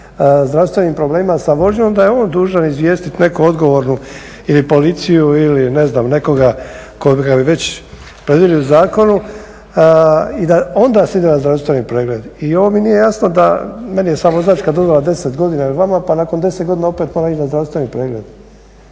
zdravstvenim problemima sa vožnjom da je on dužan izvijestiti neku odgovornu ili policiju ili ne znam nekoga koga bi već predvidjeli u zakonu i da onda se ide na zdravstveni pregled. I ovo mi nije jasno da, meni je samo značka donijela 10 godina ili vama, pa nakon 10 godina opet moram ići na zdravstveni pregled